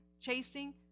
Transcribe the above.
chasing